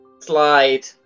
slide